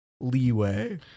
leeway